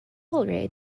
already